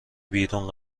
بیرون